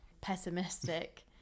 pessimistic